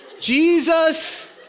Jesus